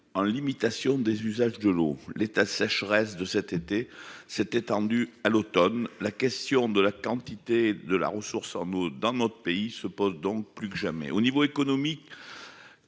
de limitation des usages de l'eau. L'état de sécheresse de cet été s'est étendu à l'automne. La question de la quantité de la ressource en eau dans notre pays se pose donc plus que jamais. D'un point